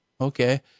okay